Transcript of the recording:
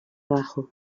bajo